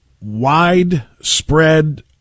widespread